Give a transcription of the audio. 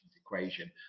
equation